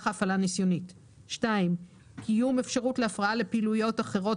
הוועדה לבין עניין אישי שלו או של קרובו,